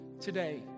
today